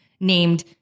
named